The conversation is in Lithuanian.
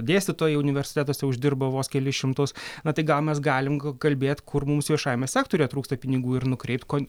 dėstytojai universitetuose uždirba vos kelis šimtus na tai gal mes galim kalbėt kur mums viešajame sektoriuje trūksta pinigų ir nukreipt ko